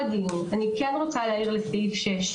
אני חייבת להביא לכם דוגמה מהמציאות.